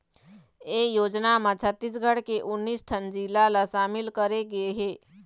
ए योजना म छत्तीसगढ़ के उन्नीस ठन जिला ल सामिल करे गे हे